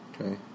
Okay